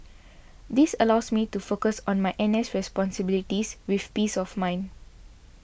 this allows me to focus on my N S responsibilities with peace of mind